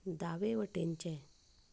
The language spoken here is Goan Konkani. दावे वटेनचें